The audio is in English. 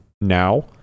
now